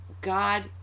God